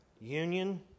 union